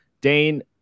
Dane